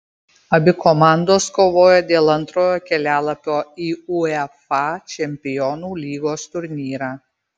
abi komandos kovoja dėl antrojo kelialapio į uefa čempionų lygos turnyrą